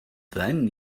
then